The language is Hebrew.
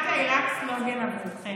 דמוקרטיה היא רק סלוגן עבורכם.